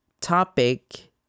topic